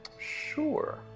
Sure